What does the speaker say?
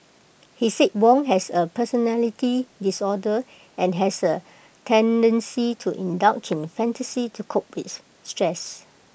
he said Wong has A personality disorder and has A tendency to indulge in fantasy to cope with stress